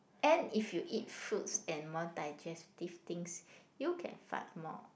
and if you eat fruits and more digestive things you can fart more